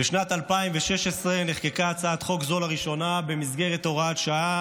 בשנת 2016 נחקקה הצעת חוק זו לראשונה במסגרת הוראת שעה